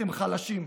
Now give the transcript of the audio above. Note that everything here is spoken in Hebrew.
אתם חלשים,